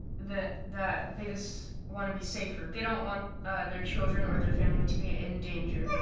that that they just want to be safer. they don't want their children or their family to be ah in danger.